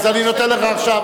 אז אני נותן לך דקה,